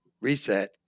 reset